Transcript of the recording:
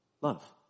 love